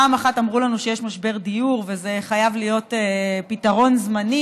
פעם אחת אמרו לנו שיש משבר דיור וזה חייב להיות פתרון זמני